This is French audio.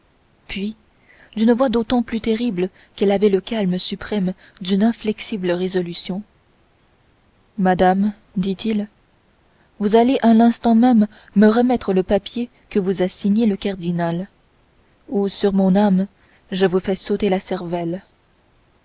puis d'une voix d'autant plus terrible qu'elle avait le calme suprême d'une inflexible résolution madame dit-il vous allez à l'instant même me remettre le papier que vous a signé le cardinal ou sur mon âme je vous fais sauter la cervelle